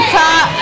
top